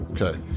Okay